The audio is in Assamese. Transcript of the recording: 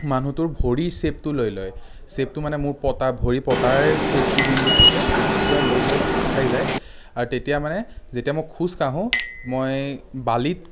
মানুহটোৰ ভৰিৰ চেপটো লৈ লয় চেপটো মানে মোৰ পতাৰ ভৰিৰ পতাৰ চেপটো যোনটো থাকে চেপটো পুৰা লৈ লয় খাপ খাই যায় আৰু তেতিয়া মানে যেতিয়া মই খোজকাঢ়ো মই বালিত